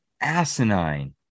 asinine